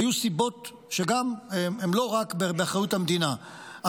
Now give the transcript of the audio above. היו סיבות שהן גם לא רק באחריות המדינה,